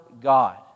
God